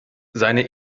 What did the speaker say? seine